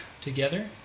together